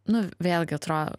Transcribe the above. nu vėlgi atrodo